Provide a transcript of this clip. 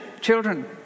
children